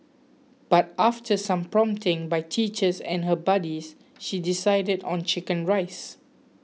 but after some prompting by teachers and her buddies she decided on Chicken Rice